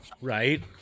right